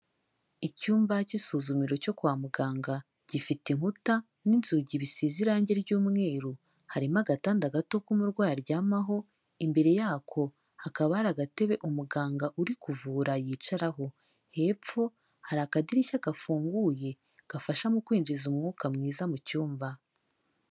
Icyumba cy'isuzumiro cyo kwa muganga gifite inkuta n'inzugi bisize irangi ry'umweru, harimo agatanda gato k'umurwayi aryamaho, imbere yako hakaba hari agatebe umuganga uri kuvura yicaraho, hepfo hari akadirishya gafunguye, gafasha mu kwinjiza umwuka mwiza mu cyumba.